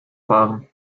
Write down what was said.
fahren